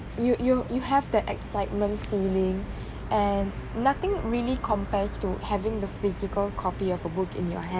you you you have that excitement feeling and nothing really compares to having the physical copy of a book in your hand